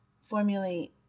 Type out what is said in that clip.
formulate